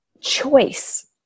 choice